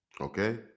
Okay